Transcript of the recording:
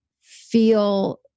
feel